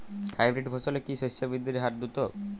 Hybrid ফসলের কি শস্য বৃদ্ধির হার দ্রুত?